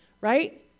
right